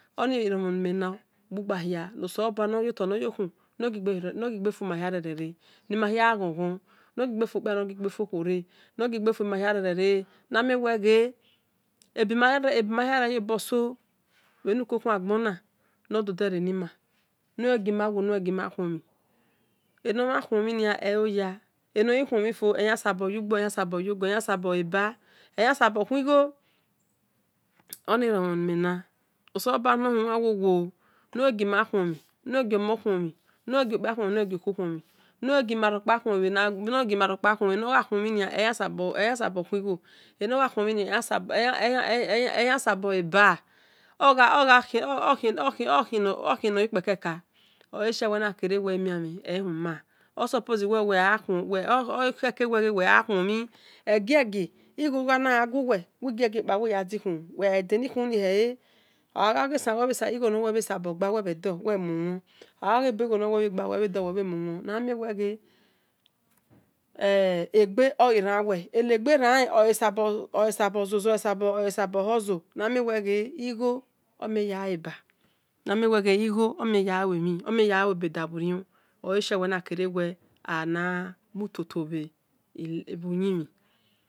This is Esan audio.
Oni eromhon ni rhena bhe ugbu gba hia osabha noyota noyokhu ni egbe famahia re-re enimagha ghon ghoni noghie gbe fuokpia re no giegbe fuokhuore ebi ma hi are re rioboso nododene nime negbe fumahia kel-rel re enomhan kuon mhie eloya eya gbo eyo go oni eromhon ni me na oghe gima khuomhin enogha kuonmhiniaeya saboku igho okhi enogikpekeka oni she emia mhen ehuman o suppose uwe gha khu omhin egie-gie uwe ya di khunu ogha-oghe ebe owe bhe gba uwe bhedo muwon name we ghe egbe ogi nan me enegbe ranhen nesabo hustle namien whe ghe igho omi yaghale be omien yagha luemhien oleshie uwe na kere shie ole anamutoto bhi emhin bhu ana muto to bhi uyimhin